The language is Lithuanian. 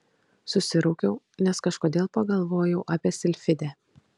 susiraukiau nes kažkodėl pagalvojau apie silfidę